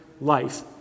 life